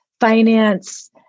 finance